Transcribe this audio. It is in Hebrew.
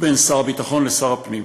בין שר הביטחון לשר לביטחון הפנים.